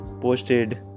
posted